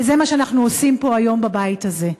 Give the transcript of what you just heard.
וזה מה שאנחנו עושים פה היום בבית הזה.